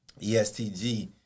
ESTG